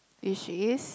which is